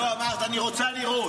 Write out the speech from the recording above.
לא, אמרת "אני רוצה לראות".